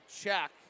check